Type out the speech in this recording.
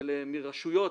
ושהרשויות,